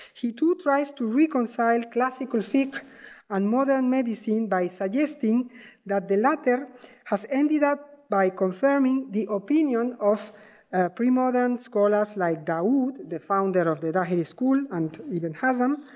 he too, tries to reconcile classical and modern medicine by suggesting that the latter has ended up by confirming the opinion of pre-modern scholars like dawud, the founder of the zahiri school, and ibn hasan,